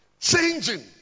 changing